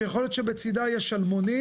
שיכול להיות שבצידה יש שלמונים,